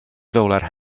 fowler